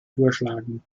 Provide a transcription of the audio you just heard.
vorschlagen